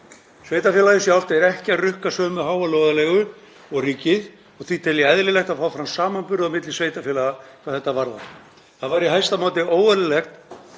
Sveitarfélagið sjálft er ekki að rukka sömu háu lóðarleigu og ríkið og því tel ég eðlilegt að fá fram samanburð á milli sveitarfélaga hvað þetta varðar. Það væri í hæsta máta óeðlilegt